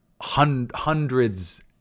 hundreds